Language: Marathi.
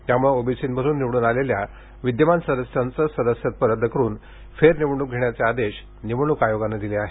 त्या मुळे ओबीसीमधून निवडून आलेल्या विद्यमान सदस्यांचे सदस्यत्व रद्द करून फेर निवडणुक घेण्याचे आदेश निवडणुक आयोगाने दिले आहेत